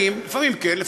לא תמיד מלאת חיים.